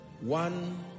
One